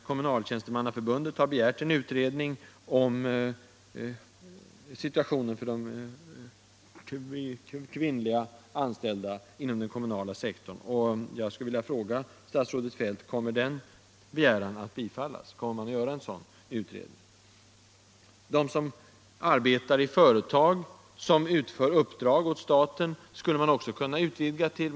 Kommunaltjänstemannaförbundet har begärt en utredning om situatio nen för de kvinnliga anställda hos kommunerna, och jag vill nu fråga statsrådet Feldt: Kommer denna begäran att bifallas kommer man att göra en sådan utredning? Vidare skulle man kunna utvidga det som i dag beslutas till att gälla också dem som arbetar i företag som utför uppdrag åt staten.